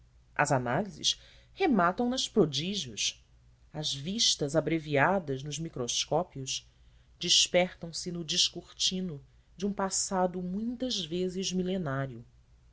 as análises rematam nas prodígios as vistas abreviadas nos microscópios desapertam se no descortino de um passado muitas vezes milenário